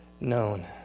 known